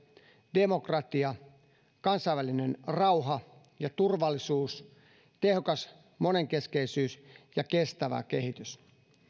demokratia kansainvälinen rauha ja turvallisuus tehokas monenkeskisyys ja kestävä kehitys